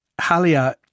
Halia